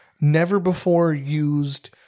never-before-used